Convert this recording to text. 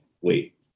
wait